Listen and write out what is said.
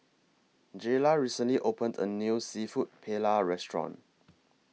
Jayla recently opened A New Seafood Paella Restaurant